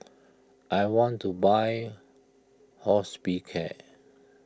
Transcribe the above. I want to buy Hospicare